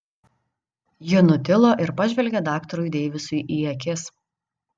ji nutilo ir pažvelgė daktarui deivisui į akis